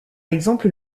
exemple